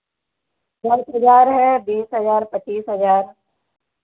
दस हज़ार है बीस हज़ार है पच्चीस हज़ार